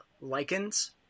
lichens